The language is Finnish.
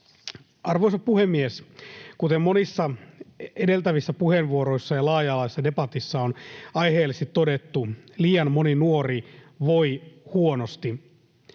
Arvoisa puhemies! Kuten monissa edeltävissä puheenvuoroissa ja laaja-alaisessa debatissa on aiheellisesti todettu, liian moni nuori voi huonosti.